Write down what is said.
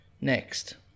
Next